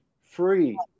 free